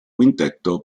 quintetto